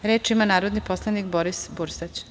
Reč ima narodni poslanik Boris Bursać.